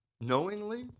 Knowingly